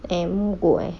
eh mogok eh